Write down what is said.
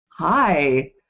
Hi